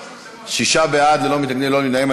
שישה בעד, ללא מתנגדים, ללא נמנעים.